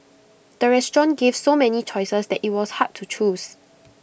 the restaurant gave so many choices that IT was hard to choose